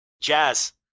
Jazz